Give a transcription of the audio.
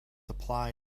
apply